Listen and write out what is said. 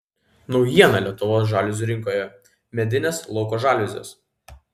naujiena lietuvos žaliuzių rinkoje medinės lauko žaliuzės